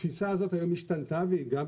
התפיסה הזאת היום השתנתה והיא גם,